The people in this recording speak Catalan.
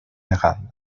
legal